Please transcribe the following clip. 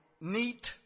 neat